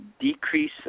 decrease